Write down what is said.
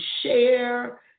share